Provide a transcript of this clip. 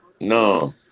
No